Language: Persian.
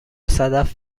صدف